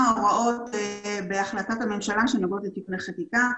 הוראות בהחלטת הממשלה שנוגעות לתיקוני חקיקה.